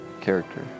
Character